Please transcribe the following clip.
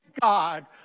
God